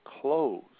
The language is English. close